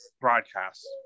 broadcast